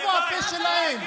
איפה הפה שלהם?